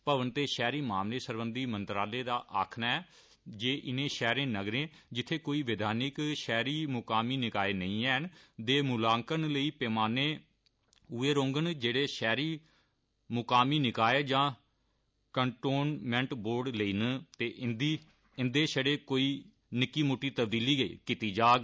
भवन ते शैहरी मामले सरबंधी मंत्रालय दा आक्खना ऐ कि इनें शैहरें नग्गरें जित्थे कोई वैधानिक शैहरी मकामी नकाए नेंई ऐ दे मूलांकन लेई पैमाने उयै रौहगंन जेड़े शैहरी मकामी निकाएं या कैन्टोनमेंट बोर्ड लेई न ते इन्दे च शड़ी कोई निक्की मुट्टी तबदीली गै कीती जाग